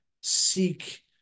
seek